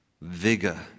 vigor